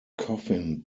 coffin